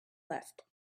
left